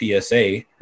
PSA